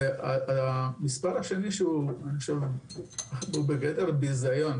המספר השני שאני חושב שהוא בגדר ביזיון,